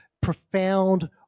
profound